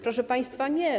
Proszę państwa, nie.